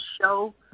show